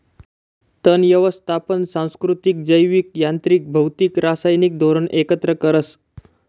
तण यवस्थापन सांस्कृतिक, जैविक, यांत्रिक, भौतिक, रासायनिक धोरण एकत्र करस